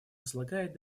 возлагает